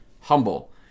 humble